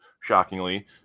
shockingly